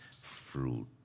fruit